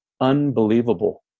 unbelievable